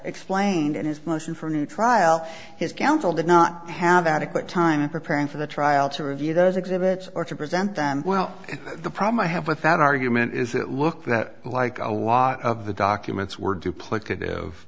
explained in his motion for new trial his counsel did not have adequate time preparing for the trial to review those exhibits or to present them well the problem i have with that argument is that look that like a lot of the documents were duplicat